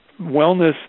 wellness